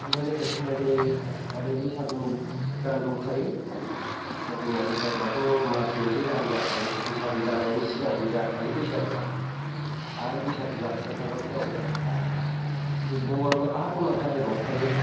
खुगा मेथाइ खननाय जायो आरो बैसागुनि गान दंखायो जोंना बैसागुआथ' मास मोनसे गाहाम जाखायो बैसागु जानायनि सिगांबो जाखायो बैसागुआ आरो बैसागु जाफुबाय थाबाबो जाबावबाय आर जोबबावबाबो आर उनाव जाहै बावखायो